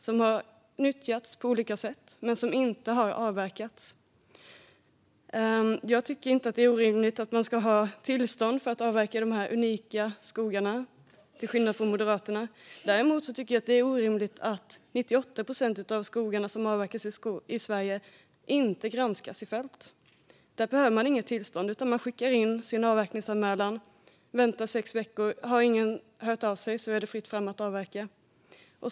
De har nyttjats på olika sätt men inte avverkats. Jag tycker till skillnad från Moderaterna inte att det är orimligt att man ska ha tillstånd för att avverka dessa unika skogar. Däremot tycker jag att det är orimligt att 98 procent av de skogar som avverkas i Sverige inte granskas i fält. Där behöver man inget tillstånd. Man skickar in sin avverkningsanmälan, väntar sex veckor och om ingen har hört av sig är det fritt fram att avverka.